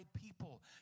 people